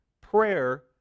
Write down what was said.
Prayer